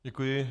Děkuji.